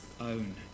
own